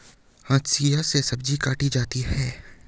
हंसिआ से सब्जी काटी जाती है